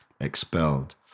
expelled